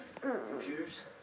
Computers